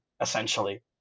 essentially